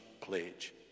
pledge